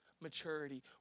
maturity